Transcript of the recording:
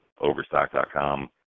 Overstock.com